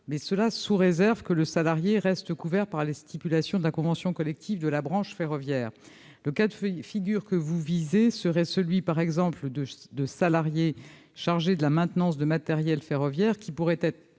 mais sous réserve que le salarié reste couvert par les stipulations de la convention collective de la branche ferroviaire. Le cas de figure visé ici est, par exemple, celui de salariés chargés de la maintenance du matériel ferroviaire qui pourraient être